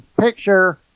picture